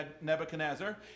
Nebuchadnezzar